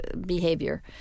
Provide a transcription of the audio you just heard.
behavior